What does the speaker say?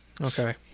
Okay